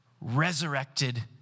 resurrected